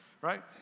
right